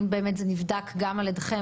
האם זה באמת נבדק על ידכם,